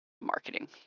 marketing